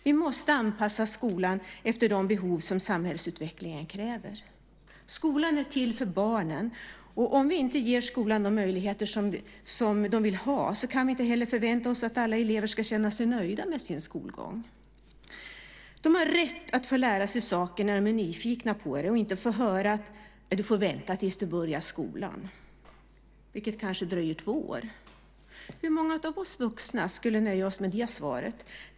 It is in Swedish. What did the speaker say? Vi måste anpassa skolan efter de krav som samhällsutvecklingen ställer. Skolan är till för barnen, och om vi inte ger skolan de möjligheter som den vill ha kan vi inte heller förvänta oss att alla elever ska känna sig nöjda med sin skolgång. De har rätt att få lära sig saker när de är nyfikna på dem. De ska inte få höra att de får vänta tills de börjar skolan, vilket kanske dröjer två år. Hur många av oss vuxna skulle nöja oss med det svaret?